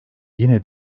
yine